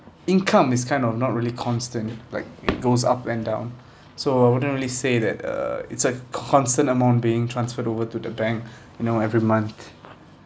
income is kind of not really constant like it goes up and down so I wouldn't really say that uh it's a constant amount being transferred over to the bank you know every month